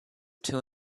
two